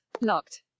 locked